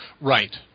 Right